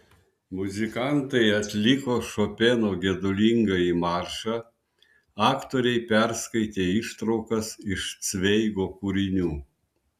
muzikantai atliko šopeno gedulingąjį maršą aktoriai perskaitė ištraukas iš cveigo kūrinių